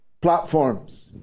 platforms